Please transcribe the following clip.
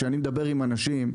כשאני מדבר עם אנשים,